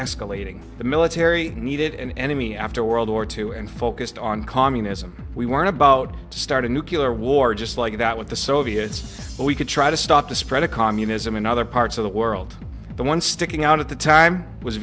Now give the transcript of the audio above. escalating the military needed an enemy after world war two and focused on communism we weren't about to start a nuclear war just like that with the soviets we could try to stop the spread of communism in other parts of the world but one sticking out at the time was